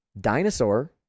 Dinosaur